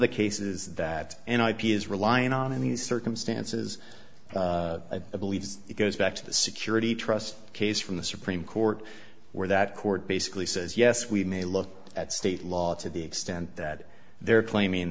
the cases that an ip is relying on in these circumstances i believe it goes back to the security trust case from the supreme court where that court basically says yes we may look at state law to the extent that they're claiming